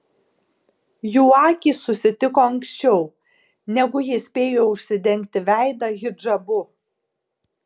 jų akys susitiko anksčiau negu ji spėjo užsidengti veidą hidžabu